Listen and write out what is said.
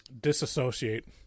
disassociate